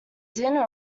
dinner